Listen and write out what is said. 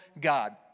God